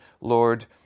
Lord